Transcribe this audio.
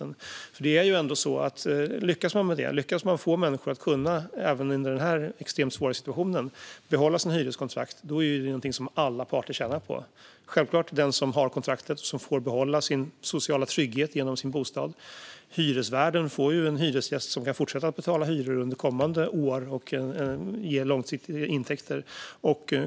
Lyckas man få människor att behålla sina hyreskontrakt även under den här extremt svåra situationen är det någonting som alla parter tjänar på. Självklart tjänar den som har kontraktet och som får behålla sin sociala trygghet i form av sin bostad på det, och hyresvärden får en hyresgäst som kan fortsätta att betala hyror under kommande år, det vill ge säga långsiktiga intäkter.